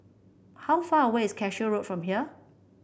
how far away is Cashew Road from here